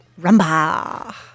Rumba